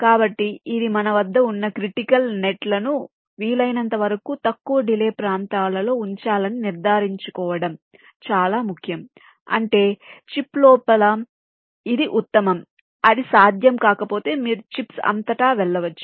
కాబట్టి ఇది మన వద్ద ఉన్న క్రిటికల్ నెట్ లను వీలైనంతవరకూ తక్కువ డిలే ప్రాంతాలలో ఉంచాలని నిర్ధారించుకోవడం చాలా ముఖ్యం అంటే చిప్ లోపల ఇది ఉత్తమం అది సాధ్యం కాకపోతే మీరు చిప్స్ అంతటా వెళ్ళవచ్చు